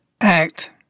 act